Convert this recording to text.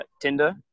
Tinder